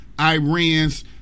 Iran's